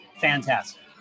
fantastic